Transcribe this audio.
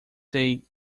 they